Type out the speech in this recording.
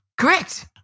Correct